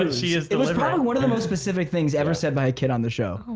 and she is one of the most specific things ever said by a kid on the show.